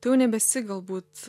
tai jau nebesi galbūt